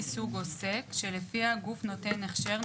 סעיף (ג) צריך להיות (3).